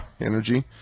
energy